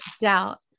doubt